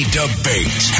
debate